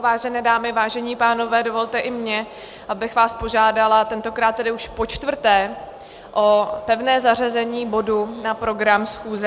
Vážené dámy, vážení pánové, dovolte i mně, abych vás požádala, tentokrát už počtvrté, o pevné zařazení bodu na program schůze.